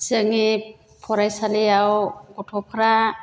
जोंनि फरायसालियाव गथ'फ्रा